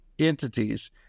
Entities